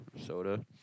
soda